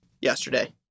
yesterday